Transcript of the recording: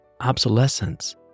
obsolescence